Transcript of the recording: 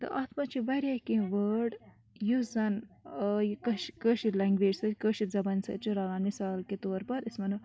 تہٕ اَتھ منٛز چھِ واریاہ کینٛہہ وٲڈ یُس زَن کٲش کٲشِر لنٛگویج سۭتۍ کٲشِر زَبانہِ سۭتۍ چھُ رَلان مِثال کے طور پر أسۍ وَنو